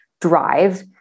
drive